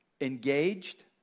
engaged